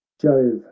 Jove